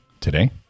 Today